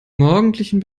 morgendlichen